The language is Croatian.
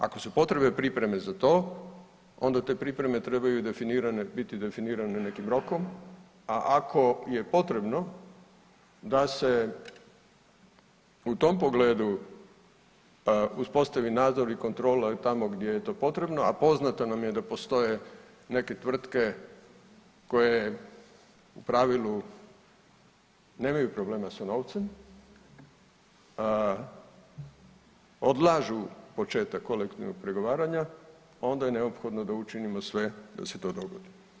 Ako su potrebne pripreme za to onda te pripreme trebaju biti definirane nekim rokom, a ako je potrebno da se u tom pogledu uspostavi nadzor i kontrola tamo gdje je to potrebno, a poznato nam je da postoje neke tvrtke koje u pravilu nemaju problema sa novcem, odlažu početak kolektivnog pregovaranja onda je neophodno da učinimo sve da se to dogodi.